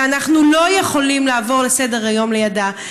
ואנחנו לא יכולים לעבור לסדר-היום לידה.